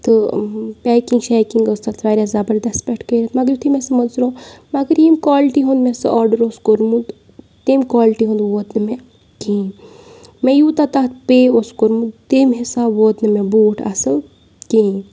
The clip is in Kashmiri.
تہٕ پیکِنٛگ شیکِنٛگ ٲس تَتھ واریاہ زَبردَس پٲٹھۍ کٔرِتھ مگر یُتھُے مےٚ سُہ مٔژروو مگر ییٚمۍ کالٹی ہُنٛد مےٚ سُہ آڈَر اوس کوٚرمُت تٔمۍ کالٹی ہُنٛد ووت نہٕ مےٚ کِہیٖنۍ مےٚ یوٗتاہ تَتھ پے اوس کوٚرمُت تَمۍ حِساب ووت نہٕ مےٚ بوٗٹھ اَصٕل کِہیٖنۍ